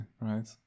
right